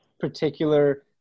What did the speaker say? particular